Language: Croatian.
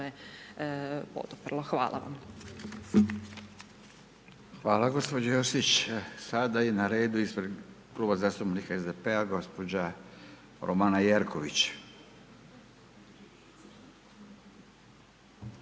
Furio (Nezavisni)** Hvala gospođo Josić. Sada je na redu ispred Kluba zastupnika SDP-a gospođa Romana Jerković.